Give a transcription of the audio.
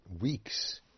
weeks